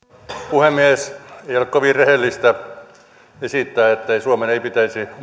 puhemies ei ole kovin rehellistä esittää että suomen ei pitäisi